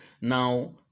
now